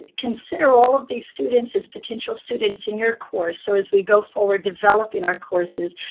consider all of these students as potential students in your course. so as we go forward developing our courses,